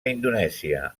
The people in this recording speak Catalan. indonèsia